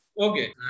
Okay